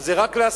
או זה רק להשכלה?